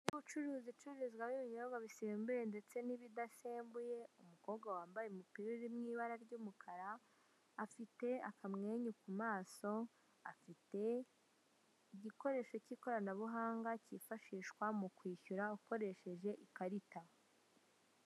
Inzu y'ubucuruzi icururizwamo ibinyobwa bisembuye n'ibidasembuye, umukobwa wambaye umupira uri mu ibara ry'umukara afite akamwenyu ku maso, afite igikoresho k'ikoranbuhanga kifashishwa mukwishyura ukoresheje ikarita